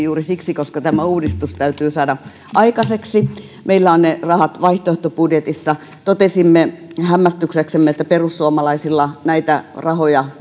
juuri siksi koska tämä uudistus täytyy saada aikaiseksi meillä on ne rahat vaihtoehtobudjetissamme totesimme hämmästykseksemme että perussuomalaisilla näitä rahoja